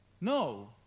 No